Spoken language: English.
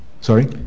Sorry